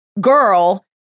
girl